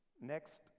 next